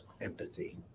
empathy